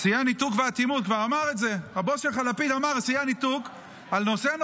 שיאי הניתוק, על נושא הנורבגים,